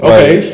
Okay